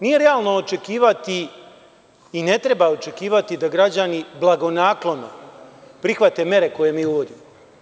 Nije realno očekivati i ne treba očekivati da građani blagonaklono prihvate mere koje mi uvodimo.